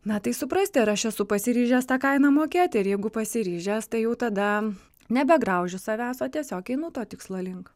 na tai suprasti ar aš esu pasiryžęs tą kainą mokėti ir jeigu pasiryžęs tai jau tada nebegraužiu savęs o tiesiog einu to tikslo link